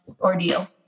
ordeal